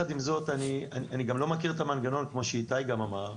עם זאת, אני לא מכיר את המנגנון, כמו שאיתי אמר,